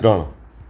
ત્રણ